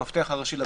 במפתח הראשי לבניין.